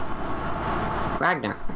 Ragnar